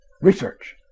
research